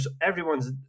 everyone's